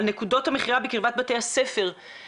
על נקודות המכירה בקרבת בתי הספר,